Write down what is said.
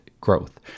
growth